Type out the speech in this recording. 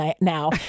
now